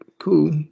cool